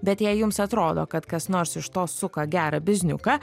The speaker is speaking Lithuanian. bet jei jums atrodo kad kas nors iš to suka gerą bizniuką